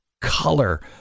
color